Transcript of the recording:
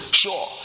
Sure